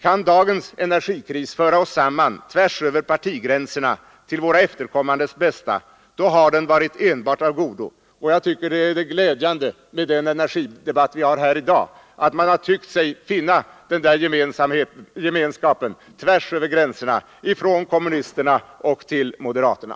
Kan dagens energikris föra oss samman tvärs över partigränserna till våra efterkommandes bästa, då har den varit enbart av godo. Det glädjande med den energidebatt vi har haft här i dag har varit att jag tyckt mig finna den gemenskapen tvärs över gränserna, från kommunisterna och till moderaterna.